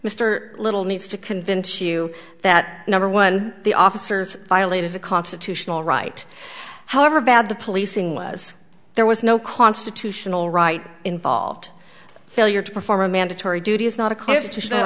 mr little needs to convince you that number one the officers violated the constitutional right however bad the policing was there was no constitutional right involved failure to perform a mandatory duty is not a